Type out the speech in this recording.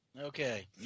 Okay